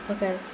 Okay